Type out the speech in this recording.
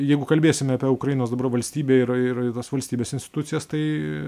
jeigu kalbėsime apie ukrainos dabar valstybę ir ir tas valstybės institucijas tai